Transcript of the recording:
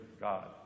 God